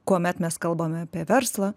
kuomet mes kalbame apie verslą